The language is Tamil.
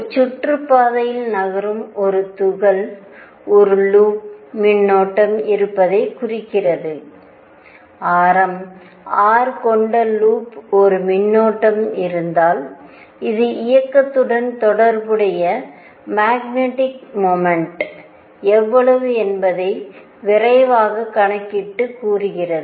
ஒரு சுற்றுப்பாதையில் நகரும் ஒரு துகள் ஒரு லூப் மின்னோட்டம் இருப்பதை குறிக்கிறது ஆரம் R கொண்ட லூப் ஒரு மின்னோட்டம் இருந்தால் இது இயக்கத்துடன் தொடர்புடைய மேக்னெட்டிக் மொமெண்ட் எவ்வளவு என்பதை விரைவாக கணக்கிட்டு கூறுகிறது